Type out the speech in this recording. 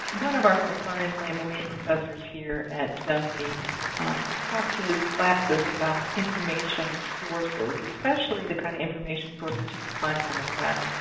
one of our more fun and flamboyant professors here at dunwoody talks to his classes about information sources, especially the kind of information sources you can find on the web.